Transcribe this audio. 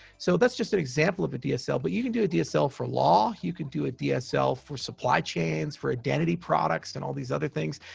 so, that's just an example of a dsl, but you can do a dsl for law, you could do a dsl for supply chains, for identity products and all these other things,